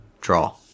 draw